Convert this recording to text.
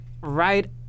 right